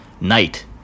Night